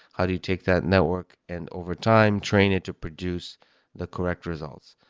how do you take that network and, overtime, train it to produce the correct results?